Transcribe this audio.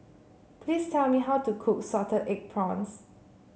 please tell me how to cook Salted Egg Prawns